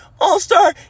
all-star